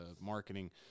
marketing